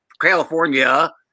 California